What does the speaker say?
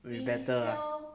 will be better ah